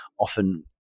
often